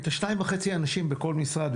את השניים וחצי אנשים בכל משרד,